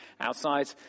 outside